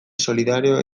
solidarioa